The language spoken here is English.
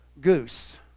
Goose